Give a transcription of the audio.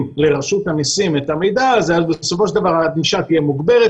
לרשות המיסים את המידע הזה אז בסופו של דבר הענישה תהיה מוגברת